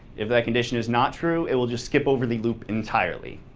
if that condition is not true, it will just skip over the loop entirely.